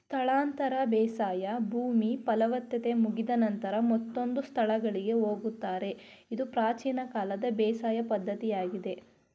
ಸ್ಥಳಾಂತರ ಬೇಸಾಯ ಭೂಮಿ ಫಲವತ್ತತೆ ಮುಗಿದ ನಂತರ ಮತ್ತೊಂದು ಸ್ಥಳಗಳಿಗೆ ಹೋಗುತ್ತಾರೆ ಇದು ಪ್ರಾಚೀನ ಕಾಲದ ಬೇಸಾಯ ಪದ್ಧತಿಯಾಗಿದೆ